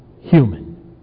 Human